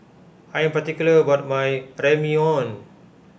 I am particular about my Ramyeon